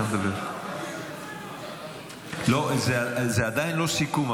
אתה מדבר, זה עדיין לא סיכום.